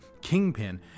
kingpin